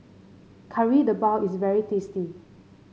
Kari Debal is very tasty